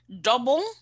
double